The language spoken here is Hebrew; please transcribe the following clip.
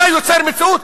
אתה יוצר מציאות?